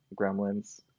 Gremlins